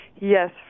Yes